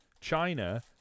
China